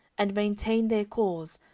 and maintain their cause,